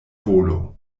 volo